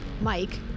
Mike